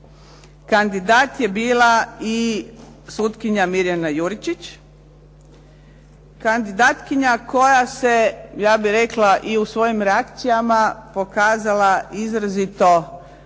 kandidat je bila i sutkinja Mirjana Juričić, kandidatkinja koja se, ja bih rekla i u svojim reakcijama pokazala izrazito neovisnom,